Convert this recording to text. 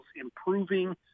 improving